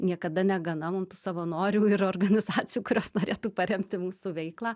niekada negana mum tų savanorių ir organizacijų kurios norėtų paremti mūsų veiklą